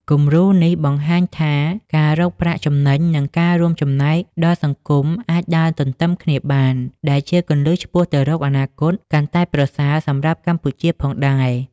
គំរូនេះបង្ហាញថាការរកប្រាក់ចំណេញ និងការរួមចំណែកដល់សង្គមអាចដើរទន្ទឹមគ្នាបាន ដែលជាគន្លឹះឆ្ពោះទៅរកអនាគតកាន់តែប្រសើរសម្រាប់កម្ពុជាផងដែរ ។